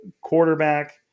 quarterback